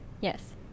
Yes